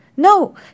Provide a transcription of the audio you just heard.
No